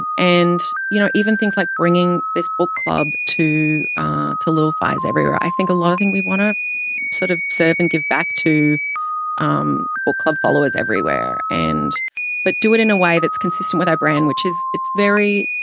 and, you know, even things like bringing this book club to to little fires everywhere. i think a lot of things, we wanna sort of serve and give back to um book club followers everywhere, and but do it in a way that's consistent with our brand, which is it's very,